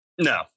No